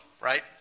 right